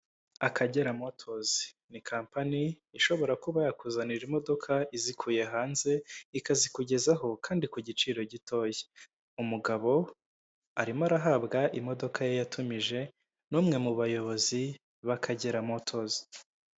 Akagera motozi ni compani ishobora kuba yakuzanira imodoka izikuye hanze ikazikugezaho kandi ku giciro gitoya, umugabo arimo arahabwa imodoka ye yatumije n'umwe mu bayobozi b'akagera motozi.